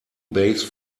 base